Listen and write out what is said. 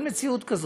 אין מציאות כזאת.